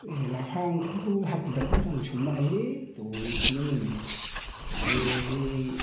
ए लाफा ओंख्रिखौ हाखु दाखु जों संनो हायोलै दसेनो मोनो आरो बै